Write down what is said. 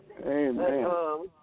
Amen